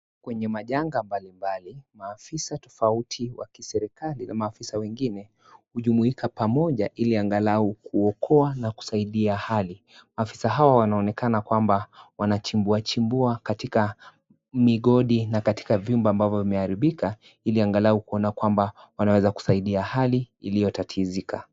Kwenye majanga mbalimbali, maafisa tofauti wakiserikali na maafisa wengine hujumuika pamoja ili angalau kuokoa na kusaidia hali. Maafisa hawa wanaonekana kwamba wamachimbuachimbua katika migondi na katika vyumba ambavyo vimeharibikia ili angalau kuona kwamba wanaweza kusaidia hali iliyotatizika.